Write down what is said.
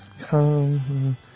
Come